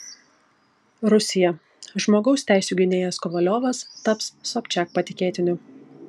rusija žmogaus teisių gynėjas kovaliovas taps sobčiak patikėtiniu